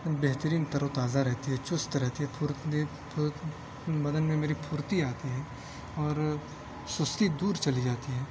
بہترین تروتازہ رہتی ہے چست رہتی ہے بدن میں میری پھرتی آتی ہے اور سستی دور چلی جاتی ہے